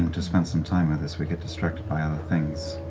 um to spend some time with this, we get distracted by other things.